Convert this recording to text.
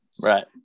Right